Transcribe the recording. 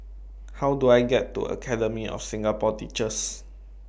How Do I get to Academy of Singapore Teachers